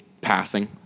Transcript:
passing